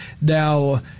Now